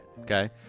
Okay